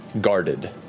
Guarded